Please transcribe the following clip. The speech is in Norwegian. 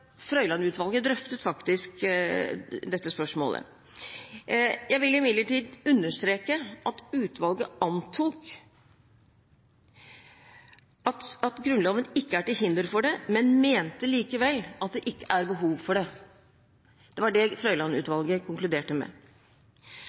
Frøyland-utvalget drøftet faktisk dette spørsmålet. Jeg vil imidlertid understreke at utvalget antok at Grunnloven ikke er til hinder for det, men de mente at det ikke er behov for det. Det var det Frøyland-utvalget konkluderte med.